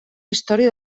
història